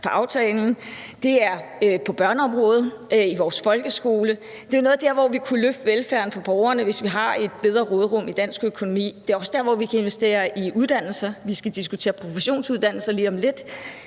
for aftalen. Det er på børneområdet og i vores folkeskole. Det er nogle af de steder, hvor vi kunne løfte velfærden for borgerne, hvis vi har et bedre råderum i dansk økonomi. Det er også der, hvor vi kan investere i uddannelser. Vi skal diskutere professionsuddannelser lige om lidt.